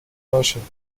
باشهخوبه